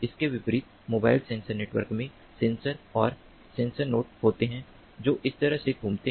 इसके विपरीत mobile sensor network में सेंसर और सेंसर नोड होते हैं जो इसीतरह से घूमते हैं